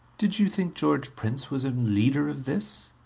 did you think george prince was a leader of this?